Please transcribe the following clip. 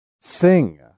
sing